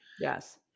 Yes